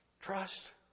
Trust